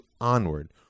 onward